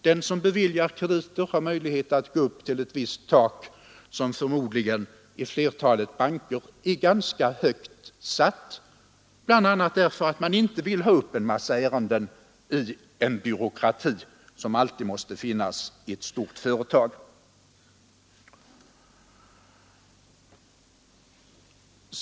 Den som beviljar krediter har möjligheter att på eget ansvar gå upp till ett visst tak, som förmodligen i flertalet banker är ganska högt satt, bl.a. därför att man inte vill ha upp en massa ärenden i den byråkrati som alltid måste finnas i ett stort företag.